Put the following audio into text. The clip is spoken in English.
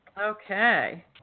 Okay